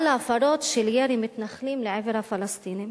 על הפרות של ירי מתנחלים לעבר הפלסטינים.